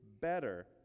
better